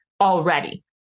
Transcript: already